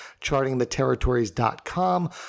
chartingtheterritories.com